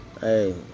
hey